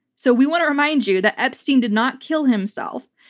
so we want to remind you that epstein did not kill himself.